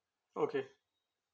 okay